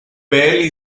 barely